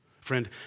Friend